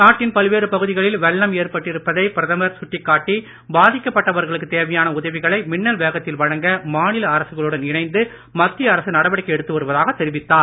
நாட்டின் பல்வேறு பகுதிகளில் வெள்ளம் ஏற்பட்டிருப்பதை பிரதமர் சுட்டிக்காட்டி பாதிக்கப்பட்டவர்களுக்குத் தேவையான உதவிகளை மின்னல் வேகத்தில் வழங்க மாநில அரசுகளுடன் இணைந்து மத்திய அரசு நடவடிக்கை எடுத்து வருவதாக தெரிவித்தார்